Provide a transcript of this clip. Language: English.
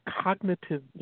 cognitive